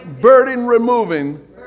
burden-removing